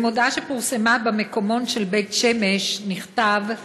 במודעה שפורסמה במקומון של בית שמש נכתב: